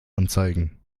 anzeigen